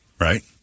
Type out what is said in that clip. Right